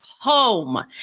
home